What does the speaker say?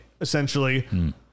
essentially